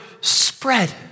spread